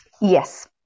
Yes